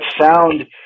sound